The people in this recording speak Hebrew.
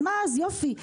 אז יופי,